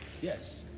Yes